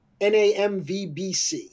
NAMVBC